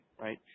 right